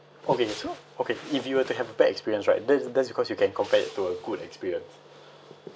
okay so okay if you were to have a bad experience right that's that's because you can compare it to a good experience